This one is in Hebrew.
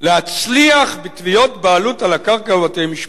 להצליח בתביעות בעלות על הקרקע בבתי-משפט.